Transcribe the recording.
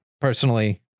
personally